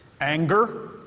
anger